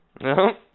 No